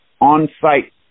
on-site